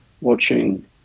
watching